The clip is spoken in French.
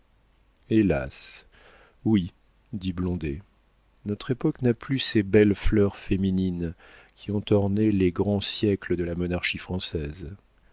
hélas oui dit blondet notre époque n'a plus ces belles fleurs féminines qui ont orné les grands siècles de la monarchie française